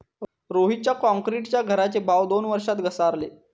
रोहितच्या क्रॉन्क्रीटच्या घराचे भाव दोन वर्षात घसारले